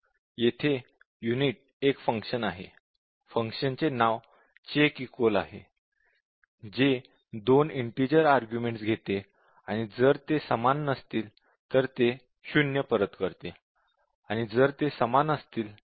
येथे युनिट एक फंक्शन आहे फंक्शनचे नाव चेक इक्वल आहे जे 2 इंटिजर आर्ग्युमेंट्स घेते आणि जर ते समान नसतील तर ते शून्य परत करते आणि जर ते समान असतील